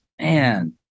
Man